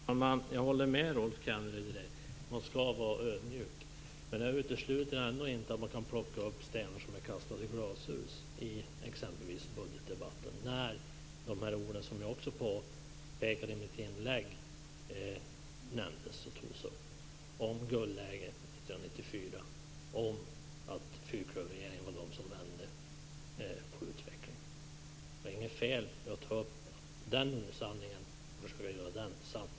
Fru talman! Jag håller med Rolf Kenneryd om att man skall vara ödmjuk. Men det utesluter ändå inte att man kan plocka upp stenar som är kastade i glashus i exempelvis budgetdebatten när det talades om det som jag tog upp i mitt inlägg, nämligen att det var guldläge 1994 och att det var fyrklöverregeringen som vände på utvecklingen. Varför skall vi förvandla den osanningen till en sanning?